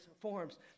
forms